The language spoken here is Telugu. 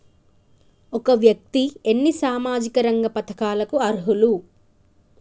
ఒక వ్యక్తి ఎన్ని సామాజిక రంగ పథకాలకు అర్హులు?